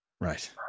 Right